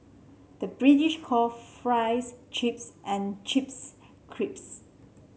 the British call fries chips and chips crisps